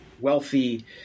wealthy